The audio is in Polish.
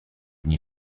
dni